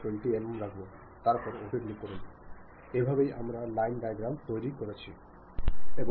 അതിനാൽ ആശയവിനിമയം നടത്തുക എന്നത് ഒരു ആശയം ആഗ്രഹം അല്ലെങ്കിൽ സംതൃപ്തി പ്രകടിപ്പിക്കുക എന്നതാണ്